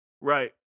Right